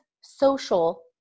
social